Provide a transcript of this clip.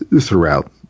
throughout